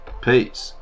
peace